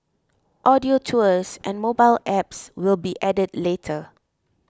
audio tours and mobile apps will be added later